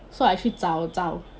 so I 去找找